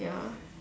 ya